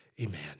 Amen